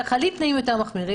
חלים תנאים יותר מחמירים,